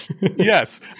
Yes